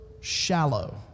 shallow